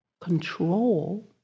control